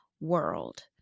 world